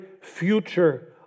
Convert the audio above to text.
future